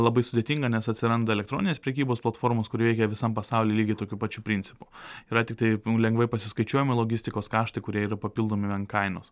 labai sudėtinga nes atsiranda elektroninės prekybos platformos kur veikia visam pasauly lygiai tokiu pačiu principu yra tiktai nu lengvai pasiskaičiuojama logistikos kaštai kurie yra papildomi ant kainos